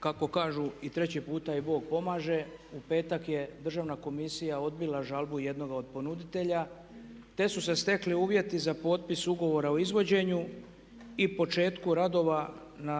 kako kažu i 3. puta i Bog pomaže. U petak je državna komisija odbila žalbu jednog od ponuditelja te su se stekli uvjeti za potpis ugovora o izvođenju i početku radova na